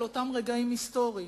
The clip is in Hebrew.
על אותם רגעים היסטוריים,